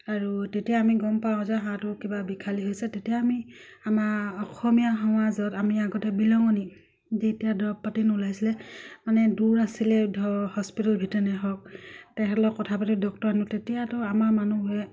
আৰু তেতিয়া আমি গম পাওঁ যে হাঁহটো কিবা বিষালী হৈছে তেতিয়া আমি আমাৰ অসমীয়া সমাজত আমি আগতে বিহলঙনি যে এতিয়া দৰৱ পাতি নোলাইছিলে মানে দূৰ আছিলে ধৰক হস্পিটেল ভেটেইনেৰী হওক তেখেতলোকৰ কথা পাতি ডক্তৰ আনো তেতিয়াতো আমাৰ মানুহে